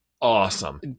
awesome